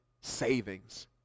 savings